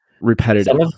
repetitive